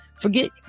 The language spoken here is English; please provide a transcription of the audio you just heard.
Forget